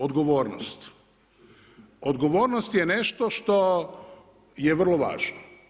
Odgovornost, odgovornost je nešto što je vrlo važno.